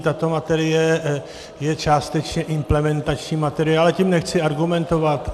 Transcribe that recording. Tato materie je částečně implementační materie, ale tím nechci argumentovat.